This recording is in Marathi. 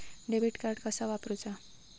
डेबिट कार्ड कसा वापरुचा?